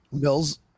Bills